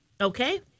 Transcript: Okay